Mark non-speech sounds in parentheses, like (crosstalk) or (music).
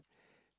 (breath)